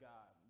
God